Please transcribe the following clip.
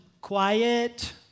quiet